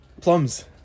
plums